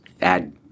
add